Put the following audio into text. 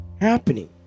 happening